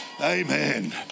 Amen